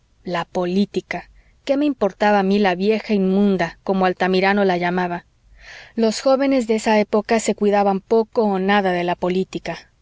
la política qué me importaba a mí la vieja inmunda como altamirano la llamaba los jóvenes de aquella época se cuidaban poco o nada de la política